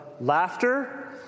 laughter